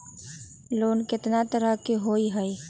Loan केतना तरह के होअ हई?